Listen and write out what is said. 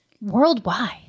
worldwide